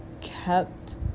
kept